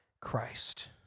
Christ